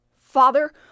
Father